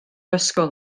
ysgol